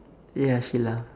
ya she laugh